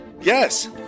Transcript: Yes